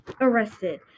arrested